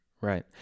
Right